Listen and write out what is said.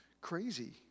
crazy